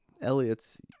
Elliot's